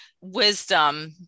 wisdom